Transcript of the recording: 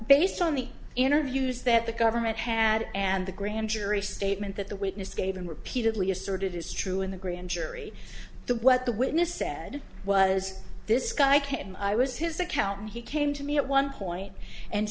based on the interviews that the government had and the grand jury statement that the witness gave and repeatedly asserted is true in the grand jury the what the witness said was this guy came and i was his accountant he came to me at one point and